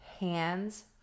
Hands